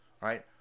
right